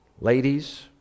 Ladies